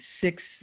six